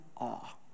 awe